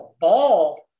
ball